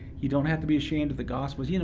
you don't have to be ashamed of the gospel. you know